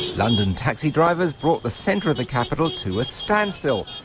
london taxi drivers brought the centre of the capital to a standstill,